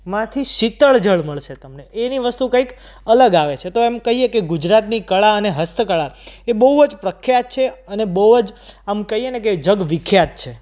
માંથી શીતળ જળ મળશે તમને એની વસ્તુ કંઈક અલગ જ આવે છે તો એમ કહીએ કે ગુજરાતની કળા અને હસ્તકળા એ બહુ જ પ્રખ્યાત છે અને બહુ જ આમ કહીએ ને કે જગ વિખ્યાત છે